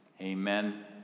Amen